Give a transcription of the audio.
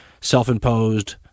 self-imposed